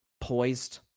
Poised